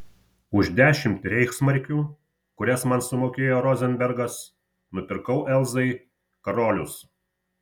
už dešimt reichsmarkių kurias man sumokėjo rozenbergas nupirkau elzai karolius